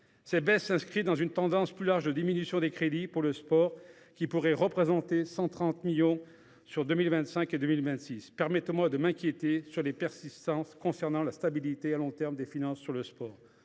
Ces baisses s’inscrivent dans une tendance plus large de diminution des crédits pour le sport, qui pourrait représenter 130 millions d’euros sur 2025 et 2026. Permettez moi de m’inquiéter de la stabilité à long terme des financements pour le sport.